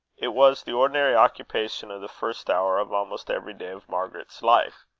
it was the ordinary occupation of the first hour of almost every day of margaret's life.